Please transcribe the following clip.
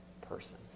person